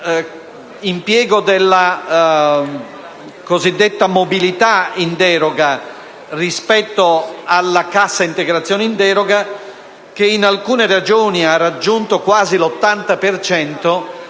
impiego della cosiddetta mobilità in deroga rispetto alla cassa integrazione in deroga, che in alcune Regioni ha raggiunto quasi l'80